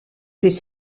sis